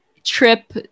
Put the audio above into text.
trip